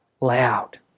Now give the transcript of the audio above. loud